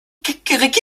kikeriki